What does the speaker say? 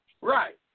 Right